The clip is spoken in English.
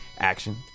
Action